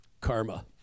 Karma